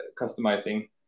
customizing